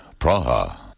Praha